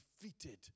defeated